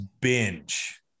binge